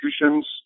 institutions